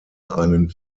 einen